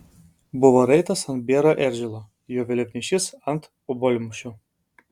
buvo raitas ant bėro eržilo jo vėliavnešys ant obuolmušio